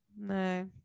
No